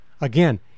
Again